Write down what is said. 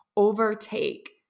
overtake